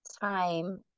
time